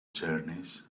journeys